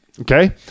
Okay